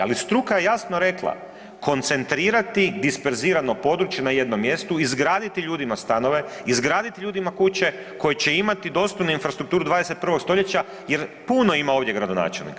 Ali struka je jasno rekla koncentrirati disperzirano područje na jednom mjestu, izgraditi ljudima stanove, izgraditi ljudima kuće koji će imati dostojnu infrastrukturu 21. stoljeća jer puno ima ovdje gradonačelnika.